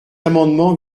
amendement